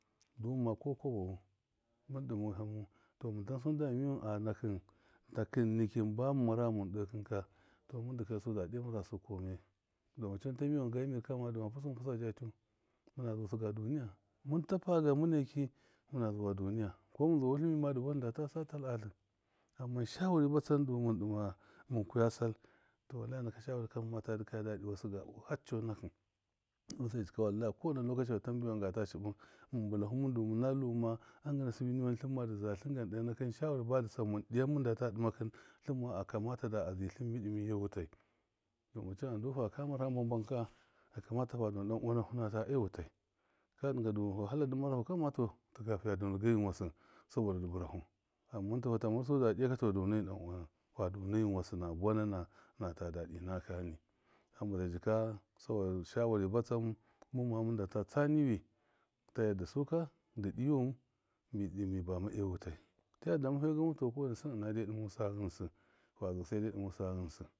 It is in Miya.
Du mɨmma kɔ kwa bawu tɔmɨn tansu nda miyuwɨn a nakɨn takɨn nikin ba mɨn mara ghamuwṫn de kɨn kaɔo mɨndɨ keusu dadɨ yaimɨn rasu kɔma yai dɔmacin mɨnta miwan gamir kama dɨma ptsuwin pɨsa jalyu mɨna zuwusɨ ga duniya mɨnta pagam minɔki mina zuwa duniya kɔmɨn zuwa wutlɨma dɨ buwatlɨn data satal a tlɨn amman shawari bat san dumɨn dɨma mɨnkya saltɔ wallahi naka shawari ka mɨmma ta dɨkaya dadɨ wasɨ gabu har cɔnakṫn, hamba zai jika wallahi kɔwena lɔkaci a tambai wangam a ta cɨbɨma mɨn bɨlafu mɨndu mɨnaluma a ngɨna sɨbɨ niwan tlɨnma dɨ zatlɨn gan de nakɨn shawari badi tsam mɨn diya mɨndata dɨmakɨn tlɨmma akamata da a zɨtlɨn midɨmi e- wutai dɔmacin a ndu faka mara hamba mbam ka a kanu tafa dɔna dar uwa nafu wata e- wutai ka dɨnga du wahalla dɨ marafu kama tɔ fiya dɔna geyin wasṫ sabɔda dɨ birafu, amman tɔ fata marsu dadiyai katɔ dɔ eyin dan. uwa nafu, fajin wasɨ na buwana natal dadɨ nakakani, hamba zai jika sabɔda shawari badsam mɨmma mɨndata tsanuwi ta yardasu kadɨ diyu wɨnmi bama ewufai ta yarda ma fegamu tɔ koɔwa dɨ sɨna ɨna yadde dimusa ghɨnsɨ fa zuwusɨ yadde dɨmusa ghɨnsɨ.